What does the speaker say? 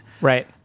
right